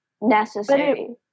necessary